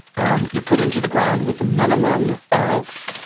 um you're put into the ground with the minimum of